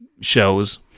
shows